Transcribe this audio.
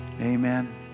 Amen